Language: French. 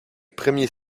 premier